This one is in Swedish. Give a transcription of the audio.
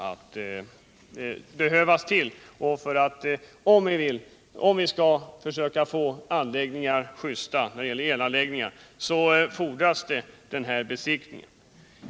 Den besiktning som det här är fråga om behövs för att hålla elanläggningarna i gott skick.